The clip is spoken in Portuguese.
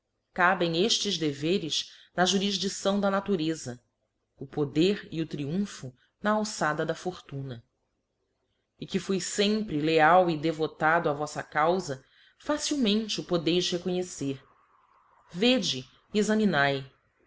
cabem eftes deveres na jurildição da natureza o poder e o tríumpho na alçada da fortuna e que fui fempre leal e devotado á voffa caufa facilmente o podeis reconhecer vede e examinae